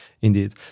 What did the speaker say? indeed